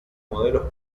modelos